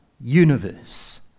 universe